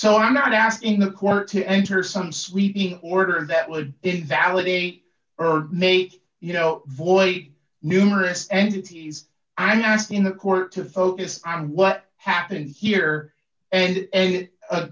so i'm not asking the court to enter some sweeping order that would invalidate or make you know void numerous entities i'm asking the court to focus on what happened here and and